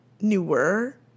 newer